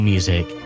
Music